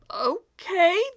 Okay